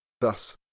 Thus